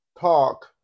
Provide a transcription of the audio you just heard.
talk